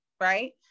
right